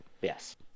yes